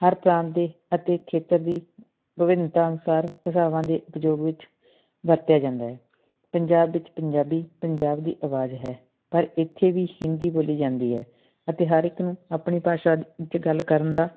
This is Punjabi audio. ਹਰ ਪ੍ਰਾਂਤ ਦੇ ਅਤੇ ਖੇਤਰ ਦੀ ਵਿਭਿੰਨਤਾ ਅਨੁਸਾਰ ਭਾਸ਼ਾਵਾਂ ਦੇ ਉਪਯੋਗ ਵਿੱਚ ਵਰਤਿਆ ਜਾਂਦਾ ਹੈ ਪੰਜਾਬ ਵਿੱਚ ਪੰਜਾਬੀ ਪੰਜਾਬ ਦੀ ਆਵਾਜ਼ ਹੈ ਪਰ ਇੱਥੇ ਵੀ ਹਿੰਦੀ ਬੋਲੀ ਜਾਂਦੀ ਹੈ ਅਤੇ ਹਰ ਇੱਕ ਨੂੰ ਆਪਣੀ ਭਾਸ਼ਾ 'ਚ ਗੱਲ ਕਰਨ ਦਾ